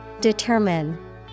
Determine